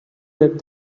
that